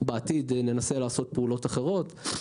ובעתיד ננסה לעשות פעולות אחרות.